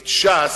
את ש"ס,